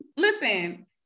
Listen